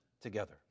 together